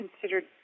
considered